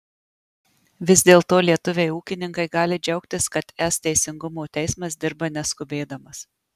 vis dėlto lietuviai ūkininkai gali džiaugtis kad es teisingumo teismas dirba neskubėdamas